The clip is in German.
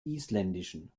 isländischen